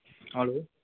hello